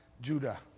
Judah